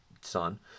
son